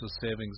savings